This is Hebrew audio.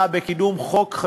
לא בא